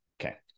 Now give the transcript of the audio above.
Okay